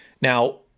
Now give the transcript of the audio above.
Now